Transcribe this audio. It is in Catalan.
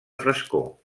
frescor